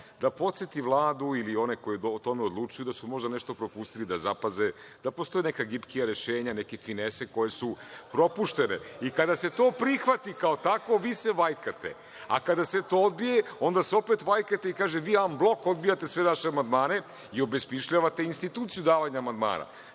da podseti Vladu ili one koji o tome odlučuju, da su možda nešto propustili da zapaze, da postoje neka gipkija rešenja, neke finese koje su propuštene i kada se to prihvati kao takvo, vi se vajkate, a kada se to odbije, onda se opet vajkate i kažete – vi „an blok“ odbijate sve naše amandmane i obesmišljavate instituciju davanja amandman. Samo